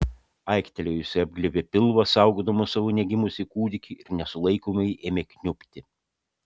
aiktelėjusi apglėbė pilvą saugodama savo negimusį kūdikį ir nesulaikomai ėmė kniubti